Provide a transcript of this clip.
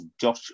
Josh